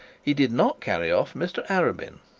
he did not carry off mr arabin,